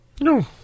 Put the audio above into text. No